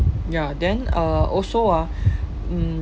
ya then uh also ah mm